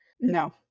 no